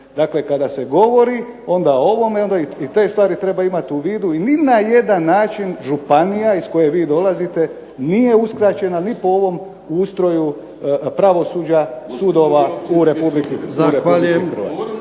Dakle, kada se govori o ovome onda i te stvari treba imati u vidu i ni na jedan način županija iz koje vi dolazite nije uskraćena ni po ovom ustroju pravosuđa, sudova u Republici Hrvatskoj.